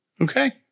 Okay